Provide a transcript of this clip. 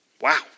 Wow